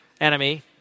enemy